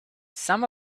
some